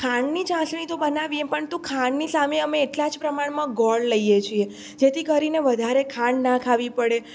ખાંડની ચાસણી તો બનાવીએ પરંતુ ખાંડની સામે અમે એટલા જ પ્રમાણમાં લઈએ છીએ જેથી કરીને વધારે ખાંડ ન ખાવી પડે